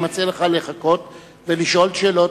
אני מציע לך לחכות ולשאול שאלות,